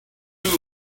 soon